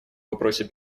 вопросе